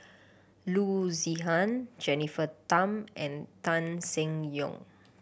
Loo Zihan Jennifer Tham and Tan Seng Yong